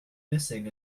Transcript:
missing